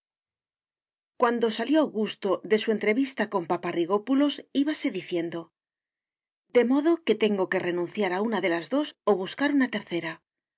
cuando salió augusto de su entrevista con paparrigópulos íbase diciendo de modo que tengo que renunciar a una de las dos o buscar una tercera